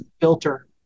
filter